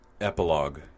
Epilogue